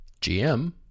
GM